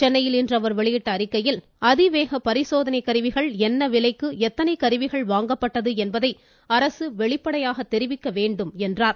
சென்னையில் இன்று அவர் வெளியிட்டுள்ள அறிக்கையில் அதிவேக பரிசோதனை கருவிகள் என்ன விலைக்கு எத்தனை கருவிகள் வாங்கப்பட்டது என்பதை அரசு வெளிப்படையாக தெரிவிக்க வேண்டும் என்றார்